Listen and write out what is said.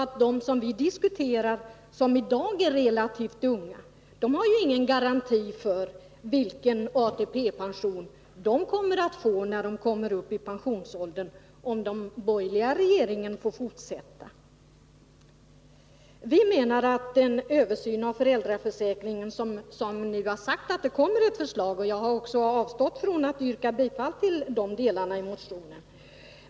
De föräldrar som vi diskuterar, som i dag är relativt unga, har ju ingen garanti för vilken ATP-pension de kommer att få när de kommer upp i pensionsåldern, om den borgerliga regeringen får fortsätta sin politik. Vi menar alltså att det behövs en översyn av föräldraförsäkringen. Det har nu sagts att det kommer ett förslag om en sådan översyn, och jag har därför avstått från att yrka bifall till motsvarande delar i motionen.